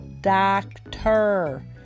Doctor